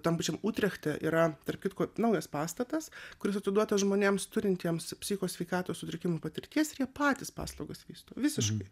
tam pačiam utrechte yra tarp kitko naujas pastatas kuris atiduotas žmonėms turintiems psicho sveikatos sutrikimų patirties ir jie patys paslaugas vysto visiškai